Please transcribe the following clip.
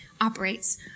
operates